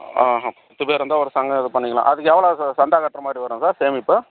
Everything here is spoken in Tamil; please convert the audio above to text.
ஆ ஆ பத்து பேர் இருந்தால் ஒரு சங்கம் இது பண்ணிக்கலாம் அதுக்கு எவ்வளோ சார் சந்தா கட்டுற மாதிரி வரும் சார் சேமிப்பு